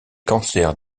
cancers